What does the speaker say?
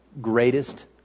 Greatest